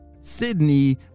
Sydney